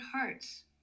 hearts